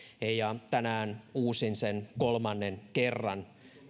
ja tänään uusin sen kolmannen kerran